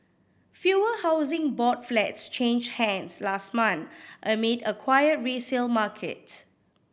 fewer Housing Board flats changed hands last month amid a quiet resale market